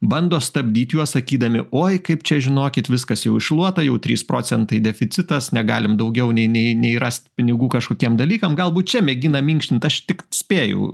bando stabdyt juos sakydami oi kaip čia žinokit viskas jau iššluota jau trys procentai deficitas negalim daugiau nei nei nei rast pinigų kažkokiem dalykam galbūt čia mėgina minkštint aš tik spėju